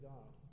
God